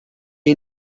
est